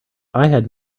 had